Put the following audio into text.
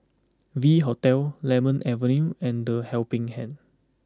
V Hotel Lemon Avenue and the Helping Hand